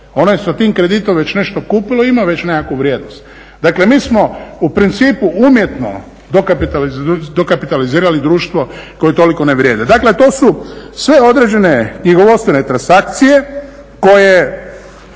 ona je sa tim kreditom već nešto kupila i ima već nekakvu vrijednost. Dakle, mi smo u principu umjetno dokapitalizirali društvo koje toliko ne vrijedi. Dakle, to su sve određene knjigovodstvene transakcije koje